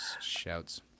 shouts